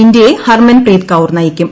ഇന്ത്യയെ ഹർമൻപ്രീത് കൌർ നയിക്കും